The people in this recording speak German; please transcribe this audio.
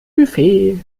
buffet